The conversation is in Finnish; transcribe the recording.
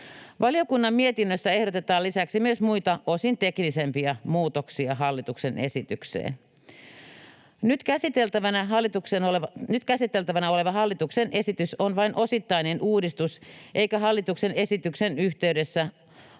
Valiokunnan mietinnössä ehdotetaan lisäksi myös muita, osin teknisempiä muutoksia hallituksen esitykseen. Nyt käsiteltävänä oleva hallituksen esitys on vain osittainen uudistus, eikä hallituksen esityksen yhteydessä